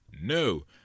no